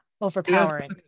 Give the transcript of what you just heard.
overpowering